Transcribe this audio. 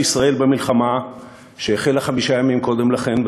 ישראל במלחמה שהחלה חמישה ימים קודם לכן,